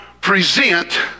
present